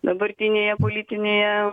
dabartinėje politinėje